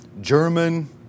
German